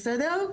בסדר?